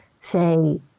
say